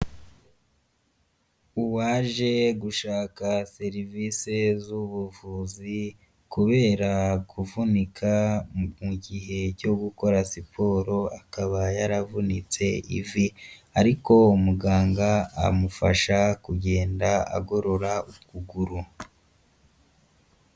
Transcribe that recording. Uwaje gushaka serivisi z'ubuvuzi kubera kuvunika mu gihe cyo gukora siporo, akaba yaravunitse ivi ariko umuganga amufasha kugenda agorora ukuguru.